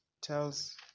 tells